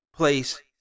Place